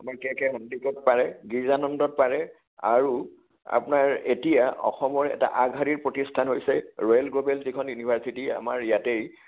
আমাৰ K K সন্দিকৈত পাৰে গিৰ্জানন্দত পাৰে আৰু আপোনাৰ এতিয়া অসমৰ এটা আগশাৰীৰ প্ৰতিস্থান হৈছে ৰয়েল গ্ল'বেল যিখন ইউনিভাৰচিটি আমাৰ ইয়াতেই